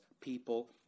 people